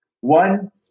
One